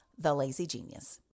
TheLazyGenius